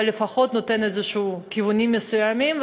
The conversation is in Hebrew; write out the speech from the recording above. אבל לפחות נותן כיוונים מסוימים,